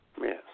Yes